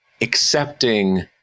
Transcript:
accepting